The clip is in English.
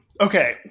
Okay